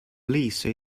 lisa